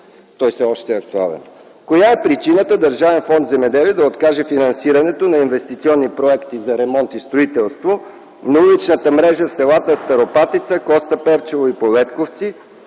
(той все още е актуален)